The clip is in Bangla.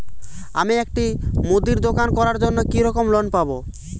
আমি একটি মুদির দোকান করার জন্য কি রকম লোন পাব?